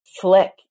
flick